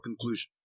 conclusion